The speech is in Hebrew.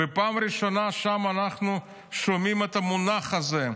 ופעם ראשונה אנחנו שומעים שם